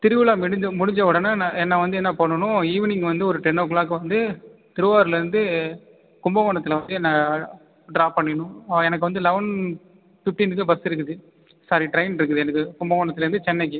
திருவிழா முடிஞ்சவுடனே நான் என்னை வந்து என்ன பண்ணணும் ஈவினிங் வந்து ஒரு டென் ஓ க்ளாக் வந்து திருவாரூர்லேருந்து கும்பகோணத்தில் வந்து என்னை ட்ராப் பண்ணிடணும் எனக்கு வந்து லவ்வென் ஃபிப்டீனுக்கு பஸ்ஸு இருக்குது சாரி ட்ரைன் இருக்குது எனக்கு கும்பகோணத்துலேருந்து சென்னைக்கு